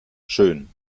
schön